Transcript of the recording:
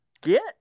Get